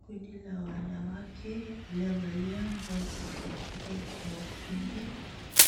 Kundi la wanawake waliovalia nguo za kiafrika ikiwemo vitenge,